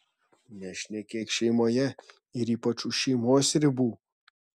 nešnekėk šeimoje ir ypač už šeimos ribų